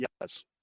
yes